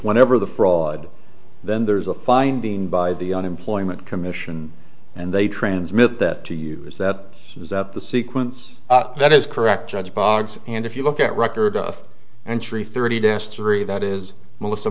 whenever the fraud then there's a finding by the unemployment commission and they transmit that to you is that is that the sequence that is correct judge boggs and if you look at record of entry thirty days three that is melissa